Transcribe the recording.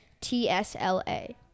T-S-L-A